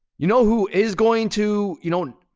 you know who is going to, you know,